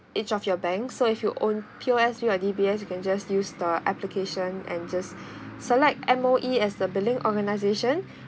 each of your bank so if you own P_O_S_B or D_B_S you can just use the application and just select M_O_E as the billing organisation